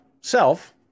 self